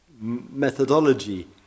methodology